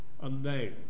unknown